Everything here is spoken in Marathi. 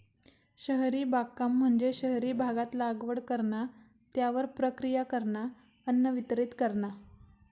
शहरी बागकाम म्हणजे शहरी भागात लागवड करणा, त्यावर प्रक्रिया करणा, अन्न वितरीत करणा